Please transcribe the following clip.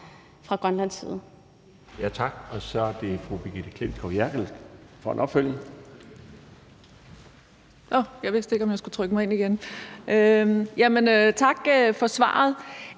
fra grønlandsk side.